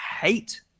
hate